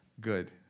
good